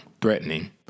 threatening